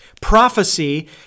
Prophecy